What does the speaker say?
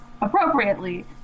appropriately